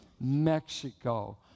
Mexico